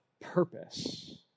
purpose